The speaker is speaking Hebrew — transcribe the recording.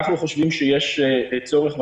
אנחנו חושבים שיש צורך,